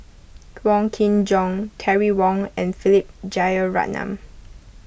Wong Kin Jong Terry Wong and Philip Jeyaretnam